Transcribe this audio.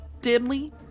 dimly